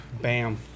Bam